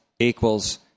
equals